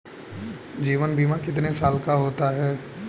जीवन बीमा कितने साल का होता है?